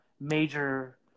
major